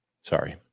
sorry